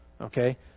okay